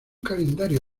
calendario